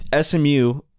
SMU